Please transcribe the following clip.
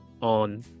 on